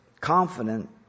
confident